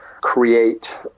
create